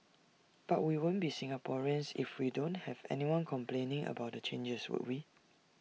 but we won't be Singaporeans if we don't have anyone complaining about the changes would we